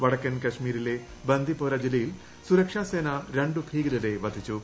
വടക്കൻ കശ്മീരിലെ ബന്ദിപ്പോര ജില്ലയിൽ സുരക്ഷാ സേന രണ്ടു ഭീകരരെ വധിച്ചു